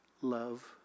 love